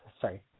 Sorry